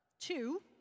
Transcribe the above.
two